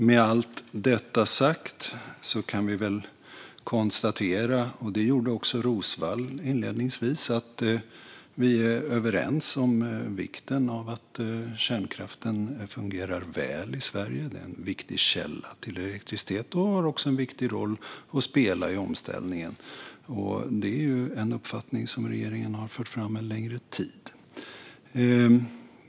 Med allt detta sagt kan vi konstatera - och det gjorde också Roswall inledningsvis - att vi är överens om vikten av att kärnkraften fungerar väl i Sverige. Det är en viktig källa till elektricitet och har en viktig roll att spela i omställningen. Det är en uppfattning som regeringen har fört fram en längre tid.